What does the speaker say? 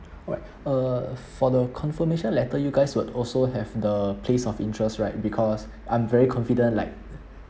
alright uh for the confirmation letter you guys would also have the place of interest right because I'm very confident like